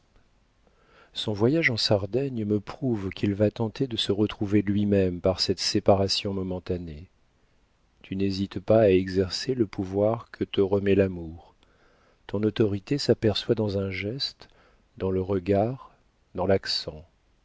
son voyage en sardaigne me prouve qu'il va tenter de se retrouver lui-même par cette séparation momentanée tu n'hésites pas à exercer le pouvoir que te remet l'amour ton autorité s'aperçoit dans un geste dans le regard dans l'accent